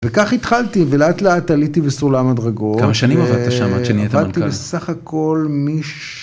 וכך התחלתי, ולאט לאט עליתי בסולם הדרגות. כמה שנים עבדת שם עד שנהיית מנכ"ל? עבדתי סך הכל מש...